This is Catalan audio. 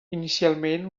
inicialment